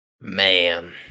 Man